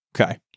Okay